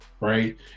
right